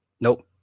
Nope